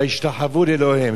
וישתחוו לאלוהיהן.